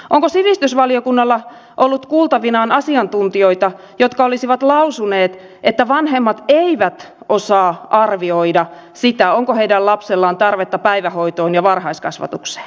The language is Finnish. onko sivistysvaliokunnalla ollut kuultavanaan asiantuntijoita jotka olisivat lausuneet että vanhemmat eivät osaa arvioida sitä onko heidän lapsellaan tarvetta päivähoitoon ja varhaiskasvatukseen